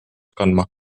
kandma